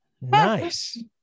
Nice